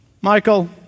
Michael